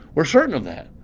we're certain of that.